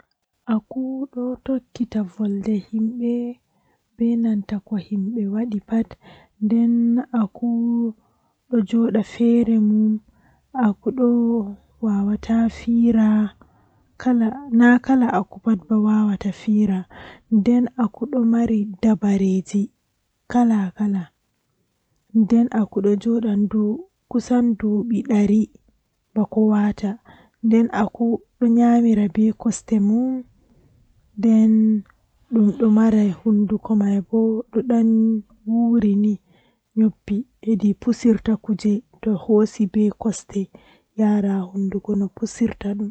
Haa ɗo kam ndikka mi mara wakkati ɗuɗɗum ngam duuɓi am jotta to asendi tovi mi ɓedda ɗuuɓi miɗo mari duuɓi seɗɗa to avi mi lornita irin duuɓi man mi neeɓan seɗɗa amma ceede mi mari man ngam Wala ko wannata mi